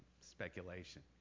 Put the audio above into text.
speculation